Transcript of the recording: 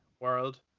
world